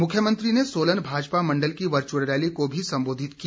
मुख्यमंत्री ने सोलन भाजपा मण्डल की वर्च्अल रैली को भी संबोधित किया